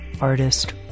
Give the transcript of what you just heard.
artist